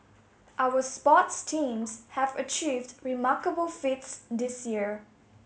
our sports teams have achieved remarkable feats this year